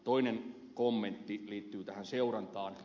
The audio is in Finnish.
toinen kommentti liittyy tähän seurantaan